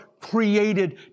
created